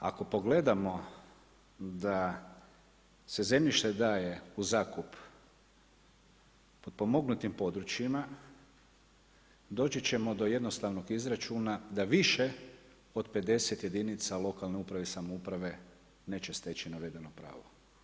Ako pogledamo da se zemljište daje u zakup potpomognutim područjima doći ćemo do jednostavnog izračuna da više od 50 jedinica lokalne uprave i samouprave neće steći navedeno pravo.